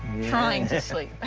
trying to sleep.